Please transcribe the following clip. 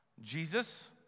Jesus